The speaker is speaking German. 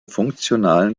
funktionalen